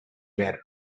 better